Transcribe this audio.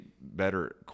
better